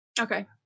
Okay